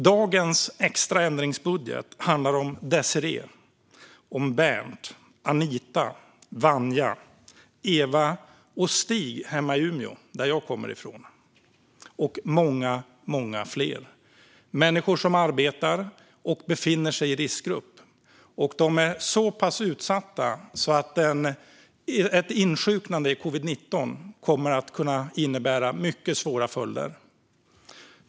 Dagens extra ändringsbudget handlar om Désirée, Bernt, Anita, Vanja, Eva, Stig i Umeå där jag kommer ifrån och många fler. Det är människor som arbetar och befinner sig i riskgrupp, och de är så pass utsatta att ett insjuknande i covid-19 kan komma att få mycket svåra följder.